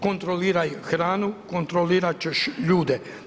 Kontroliraj hranu, kontrolirat ćeš ljude.